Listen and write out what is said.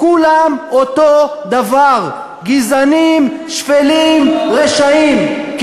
כולם אותו דבר, גזענים, שפלים, רשעים.